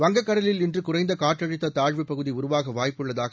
வங்கக்கடலில் இன்று குறைந்த காற்றழுத்த தாழ்வுப் பகுதி உருவாக வாய்ப்புள்ளதாக